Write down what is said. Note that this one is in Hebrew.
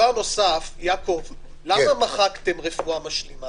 יעקב, למה מחקתם רפואה משלימה?